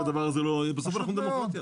בסוף אנחנו דמוקרטיה.